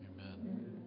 Amen